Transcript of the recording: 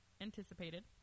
anticipated